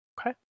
Okay